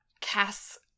Cass